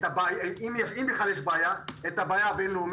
אם בכלל יש בעיה, את הבעיה הבינלאומית.